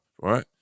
right